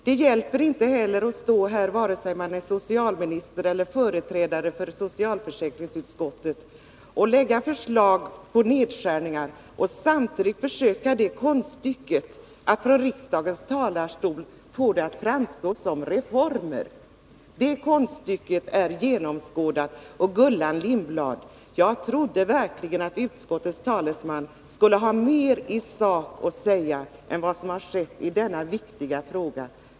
Det går inte heller att stå här, vare sig man är socialminister eller företrädare för socialförsäkringsutskottet, och lägga fram förslag om nedskärningar och samtidigt försöka konststycket att från riksdagens talarstol få dem att framstå som reformer. Det konststycket är genomskådat. Jag trodde verkligen, Gullan Lindblad, att utskottets talesman skulle ha meri sak att säga i denna viktiga fråga än vad som skett.